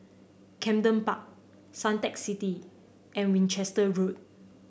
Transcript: Camden Park Suntec City and Winchester Road